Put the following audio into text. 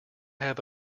have